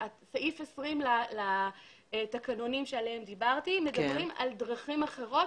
סעיף 20 לתקנונים עליהם דיברתי מדבר על דרכים אחרות.